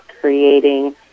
creating